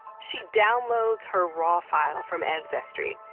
she downloads her raw file from ancestry,